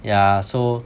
yeah so